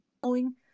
following